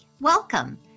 Welcome